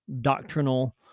doctrinal